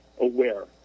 aware